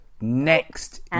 Next